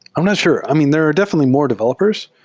i'm not sure. i mean, there are definitely more developers.